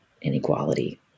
inequality